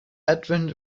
advent